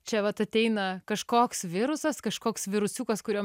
čia vat ateina kažkoks virusas kažkoks virusiukas kurio